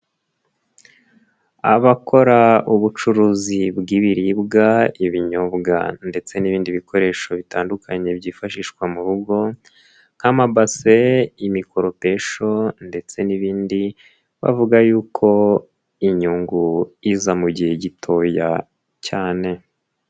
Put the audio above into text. Abakora ubucuruzi bw'ibiribwa, ibinyobwa ndetse n'ibindi bikoresho bitandukanye byifashishwa mu rugo, nk'amabase, imikoropesho, ndetse n'ibindi, bavuga yuko inyungu iza mu gihe gitoya cyane.